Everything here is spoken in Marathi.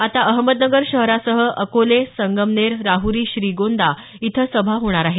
आता अहमदनगर शहरासह अकोले संगमनेर राहरी श्रीगोंदा इथं सभा होणार आहेत